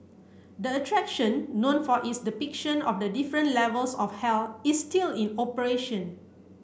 the attraction known for its depiction of the different levels of hell is still in operation